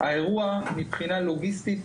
האירוע מבחינה לוגיסטית,